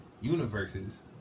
universes